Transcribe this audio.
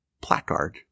placard